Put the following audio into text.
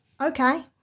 okay